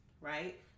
right